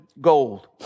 gold